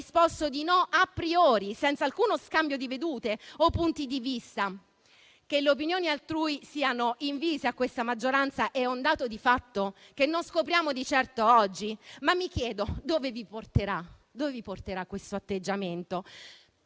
risposto di no *a priori*, senza alcuno scambio di vedute o punti di vista. Che le opinioni altrui siano invise a questa maggioranza è un dato di fatto che non scopriamo di certo oggi, ma mi chiedo dove vi porterà questo atteggiamento.